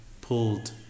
pulled